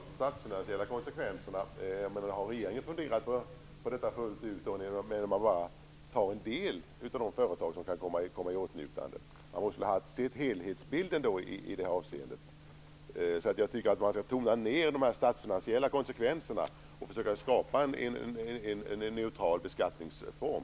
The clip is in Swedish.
Herr talman! Lars Hedfors talar om de statsfinansiella konsekvenserna. Men har regeringen funderat på konsekvenserna fullt ut när man bara väljer ut en del företag som kan komma i åtnjutande av ett undantag? Man borde haft en helhetsbild i det avseendet. Jag tycker således att man skall tona ned de statsfinansiella konsekvenserna och försöka skapa en neutral beskattningsform.